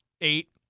eight